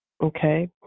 Okay